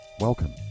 Welcome